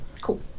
Cool